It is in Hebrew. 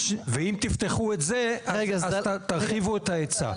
ואם תפתחו את זה אז תרחיבו את ההיצע.